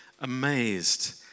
amazed